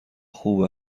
خوب